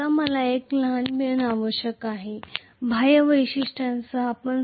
आता मला एक लहान ट्विस्ट बाह्य वैशिष्ट्यांसह आवश्यक आहे